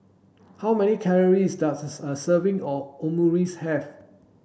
how many calories does a serving of Omurice have